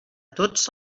tots